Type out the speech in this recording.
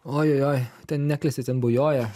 ojojoj ten neklesti ten bujoja